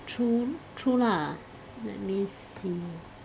true true lah let me see